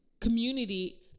community